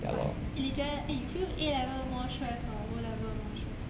but eh 你觉 eh you feel A level more stress or O level more stress